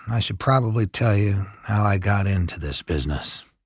i should probably tell you how i got into this business.